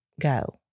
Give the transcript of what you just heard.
go